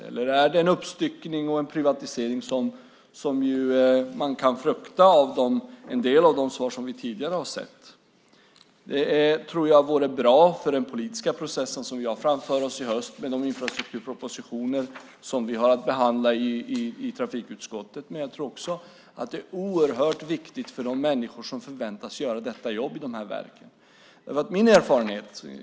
Eller handlar det om en uppstyckning och privatisering, vilket man kan befara utifrån en del av de svar som vi tidigare fått. Jag tror att det för den politiska processen i höst vore bra att få veta det, särskilt med tanke på de infrastrukturpropositioner som vi har att behandla i trafikutskottet men också med tanke på de människor som förväntas göra jobbet i verken. Även för dem är det viktigt att få veta vad som gäller.